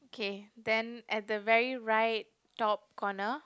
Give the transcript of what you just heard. K then at the very right top corner